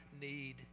need